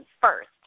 first